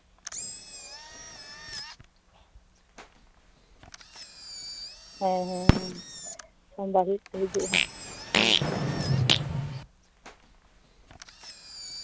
ᱦᱮᱸ ᱦᱮᱸ ᱜᱟᱹᱰᱤ ᱠᱚᱦᱚᱸ ᱦᱤᱡᱩᱜᱼᱟ ᱦᱟᱸᱜ ᱦᱩᱸ